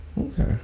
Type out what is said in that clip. Okay